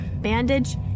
bandage